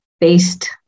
based